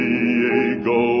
Diego